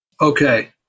Okay